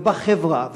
ובחברה,